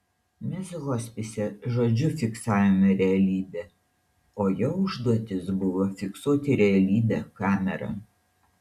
mes hospise žodžiu fiksavome realybę o jo užduotis buvo fiksuoti realybę kamera